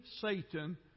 Satan